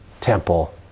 temple